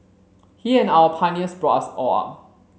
he and our pioneers brought us all up